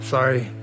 Sorry